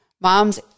Moms